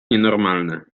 nienormalne